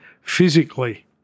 physically